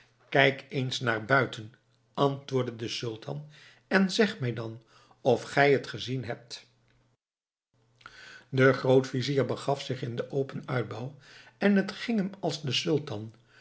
kijk eens naar buiten antwoordde de sultan en zeg mij dan of gij het gezien hebt de grootvizier begaf zich in den open uitbouw en het ging hem als den